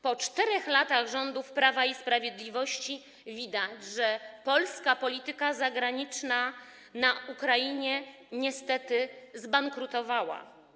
Po 4 latach rządów Prawa i Sprawiedliwości widać, że polska polityka zagraniczna na Ukrainie niestety zbankrutowała.